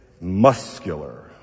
muscular